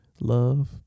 love